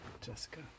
Jessica